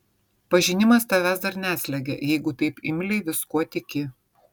pažinimas tavęs dar neslegia jeigu taip imliai viskuo tiki